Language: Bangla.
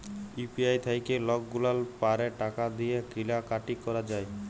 ইউ.পি.আই থ্যাইকে লকগুলাল পারে টাকা দিঁয়ে কিলা কাটি ক্যরা যায়